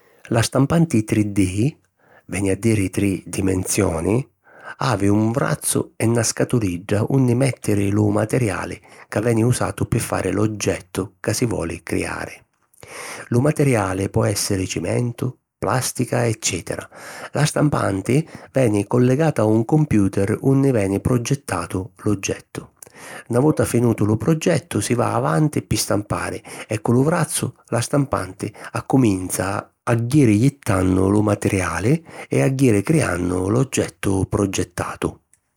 La stampanti tri D, veni a diri tri dimensioni, havi un vrazzu e na scatulidda unni mèttiri lu materiali ca veni usatu pi fari l'oggettu ca si voli criari. Lu materiali po èssiri cimentu, plàstica eccètera. La stampanti veni collegata a un computer unni veni progettatu l'oggettu. Na vota finutu lu progettu, si va avanti pi stampari e cu lu vrazzu, la stampanti accuminza a jiri [leggasi: a gghiri] jittannu lu materiali e jiri criannu l'oggettu progettatu.